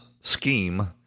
scheme